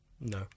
No